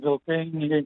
vilkai nei